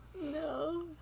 No